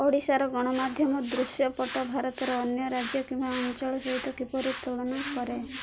ଓଡ଼ିଶାର ଗଣମାଧ୍ୟମ ଦୃଶ୍ୟପଟ ଭାରତର ଅନ୍ୟ ରାଜ୍ୟ କିମ୍ବା ଅଞ୍ଚଳ ସହିତ କିପରି ତୁଳନା କରେ